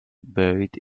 buried